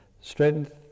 strength